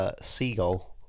seagull